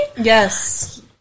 Yes